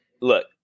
Look